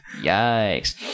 Yikes